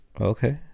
Okay